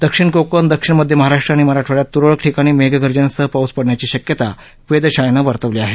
दक्षिण कोकण दक्षिण मध्य महाराष्ट्र आणि मराठवाड्यात तुरळक ठिकाणी मेघगर्जनेसह पाऊस पडण्याची शक्यता वेधशाळेनं वर्तवली आहे